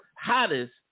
hottest